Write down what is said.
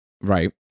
Right